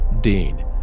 Dean